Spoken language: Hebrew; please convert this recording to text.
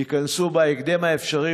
ייכנסו בהקדם האפשרי,